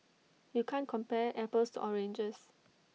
you can't compare apples to oranges